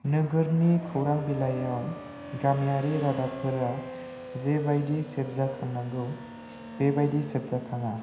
नोगोरनि खौरां बिलायाव गामियारि रादाबफोरा जेबायदि सेबजाखांनांगौ बेबायदि सेबजाखाङा